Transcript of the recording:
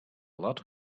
lot